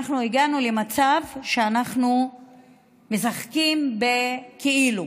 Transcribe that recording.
אנחנו הגענו למצב שאנחנו משחקים בכאילו.